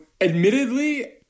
admittedly